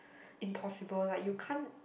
impossible lah you can't